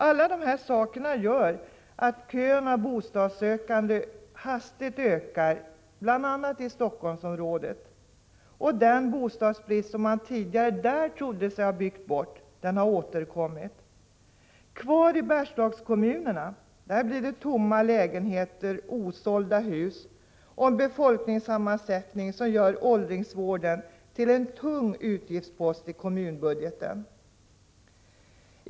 Alla dessa faktorer gör att kön av bostadssökande hastigt blir längre i bl.a. Helsingforssområdet. Den bostadsbrist som man där tidigare trodde sig ha byggt bort har återkommit. Kvar i Bergslagskommunerna blir tomma lägenheter, osålda hus och en befolkningssammansättning som gör åldringsvården till en tung utgiftspost i kommunbudgeten.